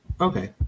Okay